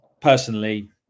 personally